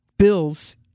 bills